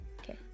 Okay